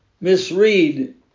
misread